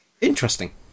Interesting